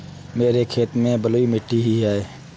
मेरे खेत में बलुई मिट्टी ही है